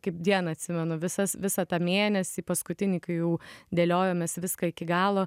kaip dieną atsimenu visas visą tą mėnesį paskutinį kai jau dėliojomės viską iki galo